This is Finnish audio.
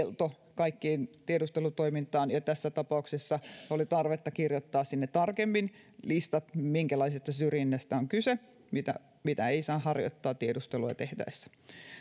kaikkeen tiedustelutoimintaan ja tässä tapauksessa oli tarvetta kirjoittaa sinne tarkemmin listat minkälaisesta syrjinnästä on kyse mitä mitä ei saa harjoittaa tiedustelua tehtäessä